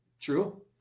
true